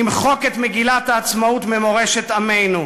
למחוק את מגילת העצמאות ממורשת עמנו.